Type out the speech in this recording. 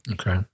Okay